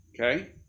Okay